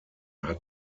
hat